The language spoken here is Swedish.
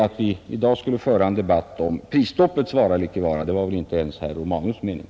Att vi i dag skulle föra en debatt om prisstoppets vara eller inte vara, det var väl inte ens herr Romanus” mening.